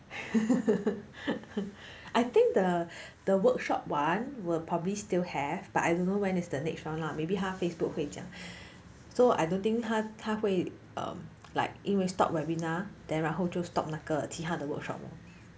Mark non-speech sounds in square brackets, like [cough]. [laughs] I think the the workshop one will probably still have but I don't know when is the next round lah maybe 他 facebook 会讲 so I don't think 他他会 um like 因为 stop webinar then 然后就 stop 那个其他的 workshop lor